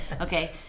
okay